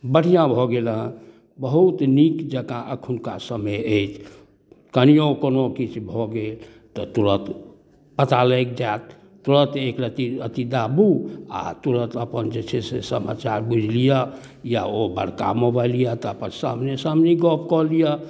बढ़िआँ भऽ गेल हँ बहुत नीकजकाँ एखुनका समय अछि कनिओ कोनो किछु भऽ गेल तऽ तुरन्त पता लागि जाएत तुरन्त एकरत्ती अथी दाबू आओर तुरन्त अपन जे छै से समाचार बुझि लिअऽ या ओ बड़का मोबाइल अइ तऽ अपन सामने सामनी गप कऽ लिअऽ